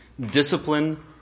discipline